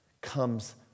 comes